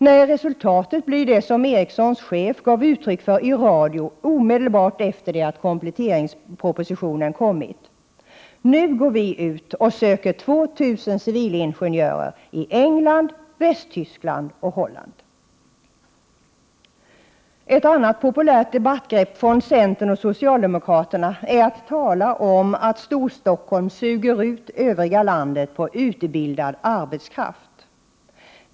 Nej, resultatet blir det som Ericssons chef gav uttryck för i radio omedelbart efter det att kompletteringspropositionen kommit: Nu går vi ut och söker 2 000 civilingenjörer i England, Västtyskland och Holland. Ett annat populärt debattgrepp från centern och socialdemokraterna är att tala om att Storstockholm suger ut den övriga delen av landet på utbildad arbetskraft.